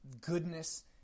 goodness